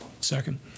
Second